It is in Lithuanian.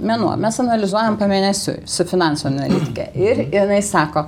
mėnuo mes analizuojam pamėnesiui su finansų analitike ir jinai sako